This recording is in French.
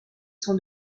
son